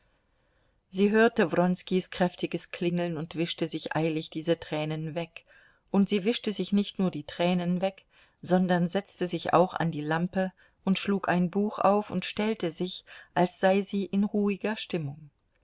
sie hörte wronskis kräftiges klingeln und wischte sich eilig diese tränen weg und sie wischte sich nicht nur die tränen weg sondern setzte sich auch an die lampe und schlug ein buch auf und stellte sich als sei sie in ruhiger stimmung